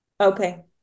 okay